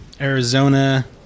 Arizona